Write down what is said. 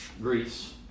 Greece